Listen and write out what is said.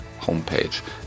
homepage